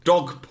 dog